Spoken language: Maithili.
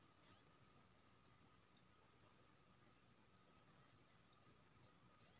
कोनो सम्पत्तीक आंकलन पूंजीगते भए कय देखल जा सकैत छै